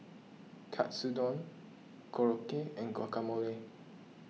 Katsudon Korokke and Guacamole